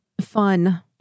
Fun